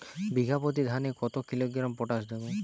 বিঘাপ্রতি ধানে কত কিলোগ্রাম পটাশ দেবো?